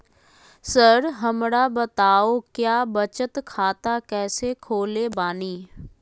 Sir हमरा बताओ क्या बचत खाता कैसे खोले बानी?